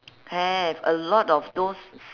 have a lot of those